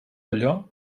allò